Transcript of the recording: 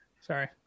Sorry